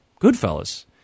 Goodfellas